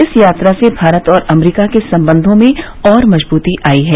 इस यात्रा से भारत और अमरीका के सम्बंवों में और मजबूती आई है